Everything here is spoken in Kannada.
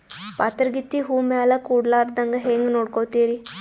ಪಾತರಗಿತ್ತಿ ಹೂ ಮ್ಯಾಲ ಕೂಡಲಾರ್ದಂಗ ಹೇಂಗ ನೋಡಕೋತಿರಿ?